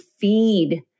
feed